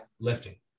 lifting